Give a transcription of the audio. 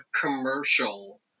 commercial